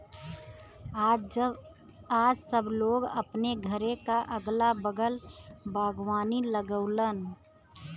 आज सब लोग अपने घरे क अगल बगल बागवानी लगावलन